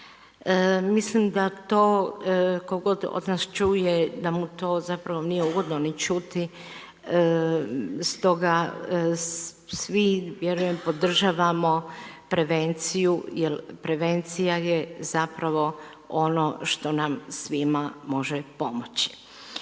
Mislim da to tko god od nas čuje, da mu to zapravo nije ugodno ni čuti, stoga svi vjerujem podržavamo prevenciju, jer prevencija je zapravo ono što nam svima može pomoći.